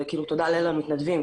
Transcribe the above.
תודה לאל על המתנדבים,